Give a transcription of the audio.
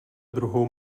druhou